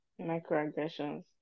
Microaggressions